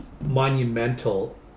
monumental